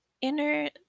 inner